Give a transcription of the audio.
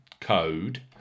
code